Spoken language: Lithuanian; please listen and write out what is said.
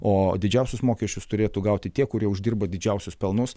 o didžiausius mokesčius turėtų gauti tie kurie uždirba didžiausius pelnus